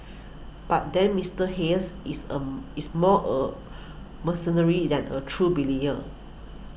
but then Mister Hayes is is more a mercenary than a true